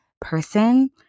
person